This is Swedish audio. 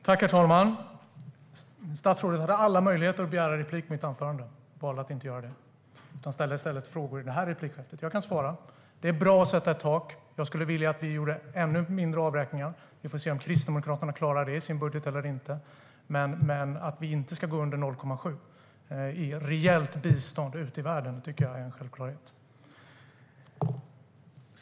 Herr talman! Statsrådet hade alla möjligheter att begära replik på mitt anförande men valde att inte göra det. Hon ställer i stället frågor i detta replikskifte. Jag kan svara. Det är bra att sätta ett tak. Jag skulle vilja att vi gjorde ännu mindre avräkningar. Vi får se om Kristdemokraterna klarar det i sin budget eller inte. Men att vi inte ska gå under 0,7 i reellt bistånd ute i världen tycker jag är en självklarhet.